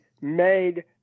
made